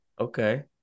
Okay